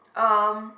um